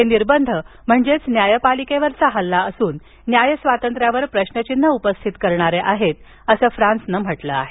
हे निर्बंध म्हणजे न्यायपालिकेवरील हल्ला असून न्याय स्वातंत्र्यावर प्रश्नचिन्ह उपस्थित करणारे आहेत असं फ्रान्सनं म्हटलं आहे